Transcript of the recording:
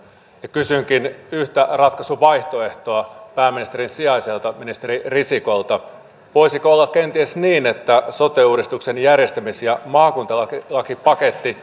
kysynkin yhtä ratkaisuvaihtoehtoa pääministerin sijaiselta ministeri risikolta voisiko olla kenties niin että sote uudistuksen järjestämis ja maakuntalakipaketti